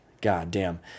Goddamn